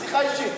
בשיחה אישית,